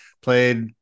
played